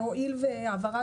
בין-לאומית.